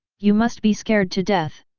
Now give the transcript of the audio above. you must be scared to death!